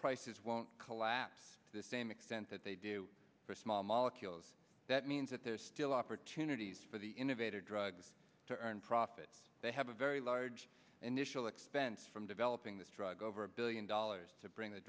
prices won't collapse at the same extent that they do for small molecules that means that there's still opportunities for the innovative drugs to earn profits they have a very large initial expense from developing this drug over a billion dollars to bring the